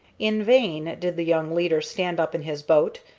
in vain did the young leader stand up in his boat,